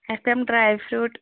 F M dry fruit